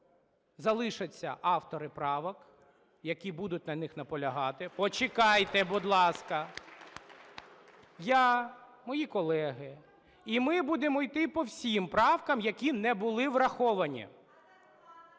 Залишаться автори правок, які будуть на них наполягати… (Шум у залі) Почекайте, будь ласка! Я, мої колеги, і ми будемо йти по всім правкам, які не були враховані.